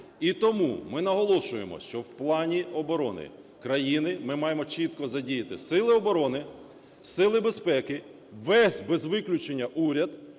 І тому ми наголошуємо, що в плані оборони країни ми маємо чітко задіяти сили оборони, сили безпеки, весь без виключення уряд,